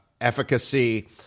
efficacy